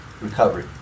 recovery